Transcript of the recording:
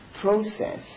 process